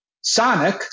Sonic